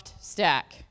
stack